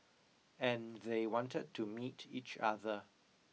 and they wanted to meet each other